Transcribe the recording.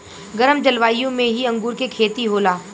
गरम जलवायु में ही अंगूर के खेती होला